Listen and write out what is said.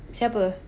siapa